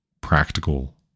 practical